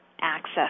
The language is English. access